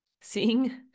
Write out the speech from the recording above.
seeing